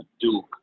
Duke